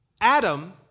Adam